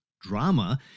drama